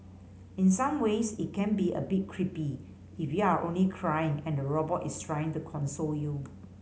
in some ways it can be a bit creepy if you're only crying and the robot is trying to console you